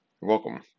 welcome